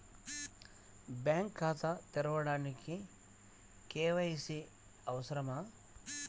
Bank ఖాతా తెరవడానికి KYC అవసరమా?